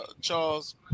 Charles